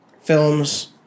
films